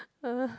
uh